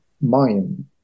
mind